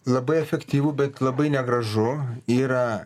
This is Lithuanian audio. labai efektyvu bet labai negražu yra